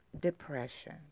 depression